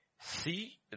see